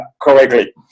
correctly